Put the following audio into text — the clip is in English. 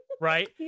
right